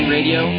Radio